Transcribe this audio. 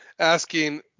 Asking